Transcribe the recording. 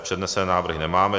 Přednesené návrhy nemáme.